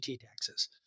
taxes